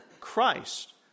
Christ